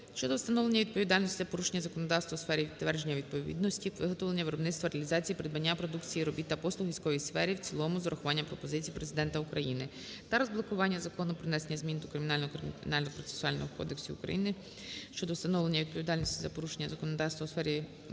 щодо встановлення відповідальності за порушення законодавства у сфері підтвердження відповідності, виготовлення, виробництва, реалізації, придбання продукції, робіт та послуг у військовій сфері" в цілому з урахуванням пропозицій Президента України" та розблокування Закону "Про внесення змін до Кримінального та Кримінального процесуального кодексів України щодо встановлення відповідальності за порушення законодавства у сфері підтвердження